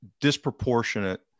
disproportionate